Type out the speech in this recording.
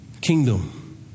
Kingdom